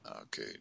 okay